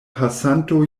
pasanto